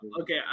Okay